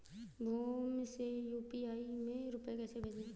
भीम से यू.पी.आई में रूपए कैसे भेजें?